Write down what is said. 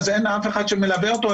אז אין אף אחד שמלווה אותו,